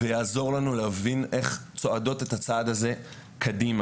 ויעזור לנו להבין איך צועדים את הצעד הזה קדימה.